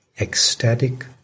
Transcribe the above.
ecstatic